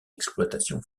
exploitation